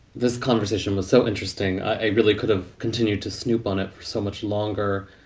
this conversation was so interesting. i really could have continued to snoop on it so much longer.